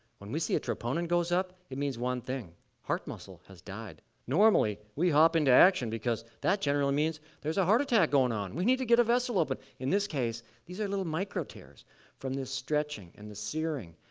when we see that a troponin goes up it means one thing heart muscle has died. normally, we hop into action because that generally means there's a heart attack going on, we need to get a vessel open! in this case, these are little micro tears from the stretching and the searing,